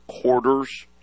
quarters